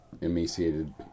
emaciated